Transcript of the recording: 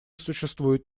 существуют